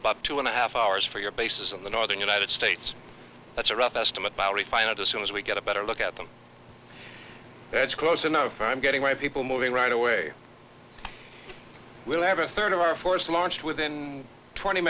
about two and a half hours for your bases in the northern united states that's a rough estimate by refine it assumes we get a better look at them that's close enough i'm getting my people moving right away we'll have a third of our force launched within twenty